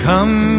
Come